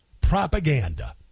propaganda